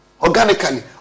organically